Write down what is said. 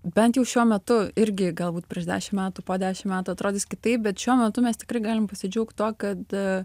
bent jau šiuo metu irgi galbūt prieš dešimt metų po dešim metų atrodys kitaip bet šiuo metu mes tikrai galim pasidžiaugti tuo kada